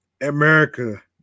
America